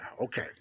Okay